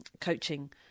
coaching